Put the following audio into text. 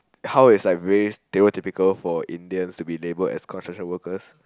how is like very stereotypical for Indians to be labelled as construction workers